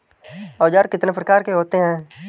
औज़ार कितने प्रकार के होते हैं?